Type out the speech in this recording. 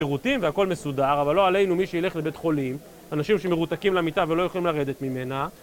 שירותים והכל מסודר, אבל לא עלינו מי שילך לבית חולים, אנשים שמרותקים למיטה ולא יכולים לרדת ממנה,